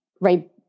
right